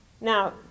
Now